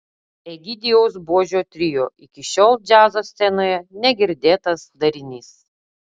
egidijaus buožio trio iki šiol džiazo scenoje negirdėtas darinys